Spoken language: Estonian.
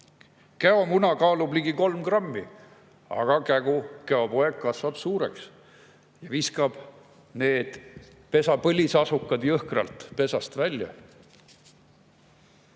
Käomuna kaalub ligi 3 grammi, aga käopoeg kasvab suureks ja viskab pesa põlisasukad jõhkralt pesast välja.